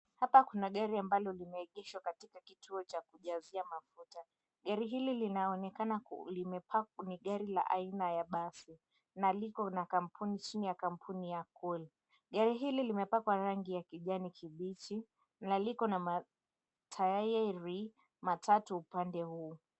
Hapa kuna gari ambalo limeegeshwa katika kituo cha kujazia mafuta gari hili linaonekana limepark ni gari aina ya basi na liko chini ya kampuni ya cool gari hili limepakiwa rangi ya kijani kibichi na liko na matairi matatu upande huu.